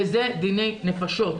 וזה דיני נפשות,